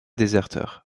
déserteur